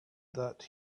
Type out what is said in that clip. that